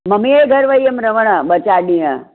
ममीअ जे घरु वेई हुयमि रहणु ॿ चार ॾींहं